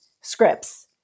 scripts